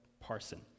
parson